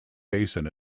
basin